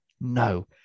No